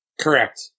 Correct